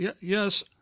Yes